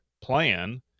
plan